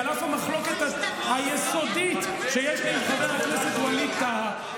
על אף המחלוקת היסודית שיש לי עם חבר הכנסת ווליד טאהא.